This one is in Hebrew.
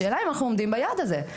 השאלה היא האם אנחנו עומדים ביעד הזה?